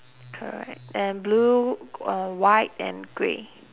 correct and blue and white and grey